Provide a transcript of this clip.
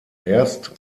erst